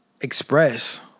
express